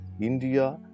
India